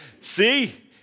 See